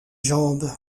jambe